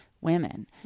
women